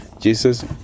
Jesus